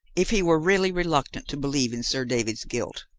if he were really reluctant to believe in sir david's guilt.